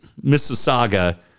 Mississauga